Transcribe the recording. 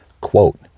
Quote